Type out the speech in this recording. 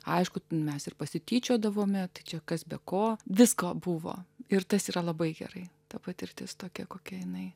aišku mes ir pasityčiodavome tačiau kas be ko visko buvo ir tas yra labai gerai ta patirtis tokia kokia jinai